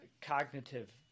cognitive